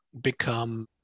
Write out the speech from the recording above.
become